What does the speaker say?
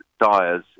dyers